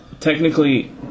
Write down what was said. Technically